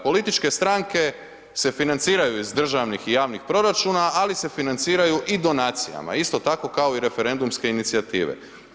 Političke stranke se financiraju iz državnih i javnih proračuna, ali se financiraju i donacijama isto tako kao i referendumske inicijative.